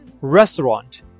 restaurant